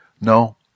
No